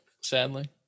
sadly